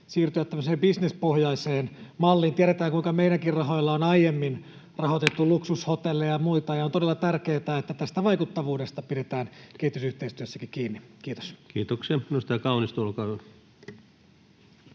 siirtyä tämmöiseen bisnespohjaiseen malliin. Tiedetään, kuinka meidänkin rahoilla on aiemmin rahoitettu luksushotelleja ja muita, ja on todella tärkeätä, että tästä vaikuttavuudesta pidetään kehitysyhteistyössäkin kiinni. — Kiitos. [Speech 304] Speaker: